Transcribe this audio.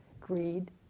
greed